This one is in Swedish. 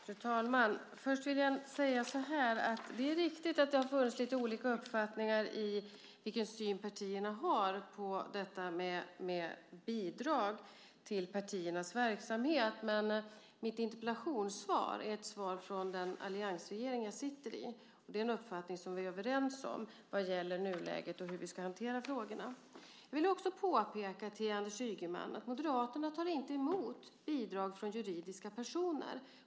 Fru talman! Först vill säga att det är riktigt att vi har lite olika uppfattningar och syn på detta med bidrag till partiernas verksamhet. Mitt interpellationssvar är ett svar från den alliansregering jag sitter i. Det är en uppfattning som vi är överens om vad gäller nuläget och hur vi ska hantera frågorna. Jag vill också påpeka för Anders Ygeman att Moderaterna inte tar emot bidrag från juridiska personer.